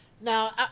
Now